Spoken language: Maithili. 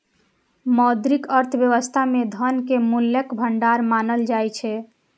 मौद्रिक अर्थव्यवस्था मे धन कें मूल्यक भंडार मानल जाइ छै